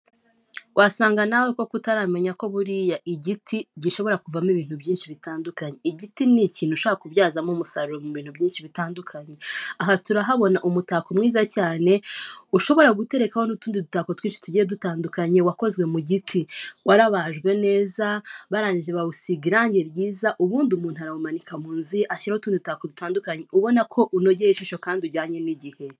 Wasanga nawe koko utaramenya ko buriya igiti gishobora kuvamo ibintu byinshi bitandukanye. Igiti ni ikintu ushabora kubyazamo umusaruro mu bintu byinshi bitandukanye. Aha turahabona umutako mwiza cyane ushobora guterekaho n'utundi dutako twinshi tugiye dutandukanye wakozwe mu giti, warabajwe neza barangije bawusiga irangi ryiza; ubundi umuntu arawumanika mu nzu ye, ashyiraho utundi dutako dutandukanye, ubona ko unogeye ijisho kandi ujyanye n'igihe.